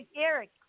Eric